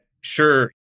sure